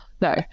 no